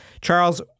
Charles